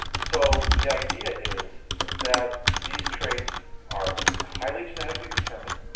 so the idea is that these traits are highly genetically determined,